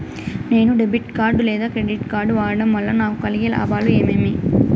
నేను debit card లేదా credit card వాడడం వల్ల నాకు కలిగే లాభాలు ఏమేమీ?